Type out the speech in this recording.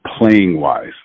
playing-wise